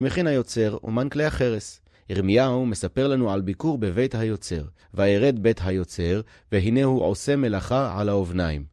מכין היוצר, אומן כלי החרס. ירמיהו מספר לנו על ביקור בבית היוצר. וארד בית היוצר, והנה הוא עושה מלאכה על האובניים.